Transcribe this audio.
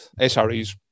SREs